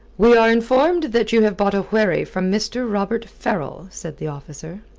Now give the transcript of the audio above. we are informed that you have bought a wherry from mr. robert farrell, said the officer.